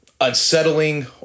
unsettling